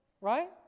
right